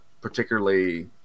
particularly